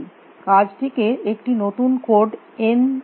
কাজটি কে একটি নতুন নোড n দেওয়া হল